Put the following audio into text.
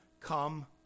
come